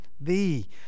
thee